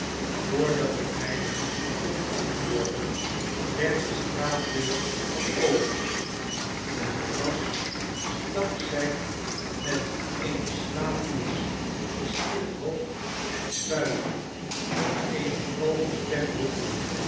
voordat het meisje kon antwoorden werd de straatdeur geopend en brass stak zijn met eene slaapmuts versierd hoofd buiten met eene grove stem roepende